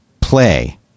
play